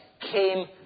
came